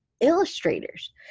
illustrators